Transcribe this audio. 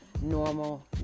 Normal